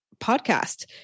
podcast